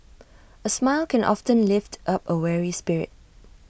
A smile can often lift up A weary spirit